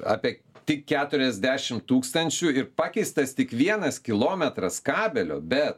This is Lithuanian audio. apie tik keturiasdešimt tūkstančių ir pakeistas tik vienas kilometras kabelio bet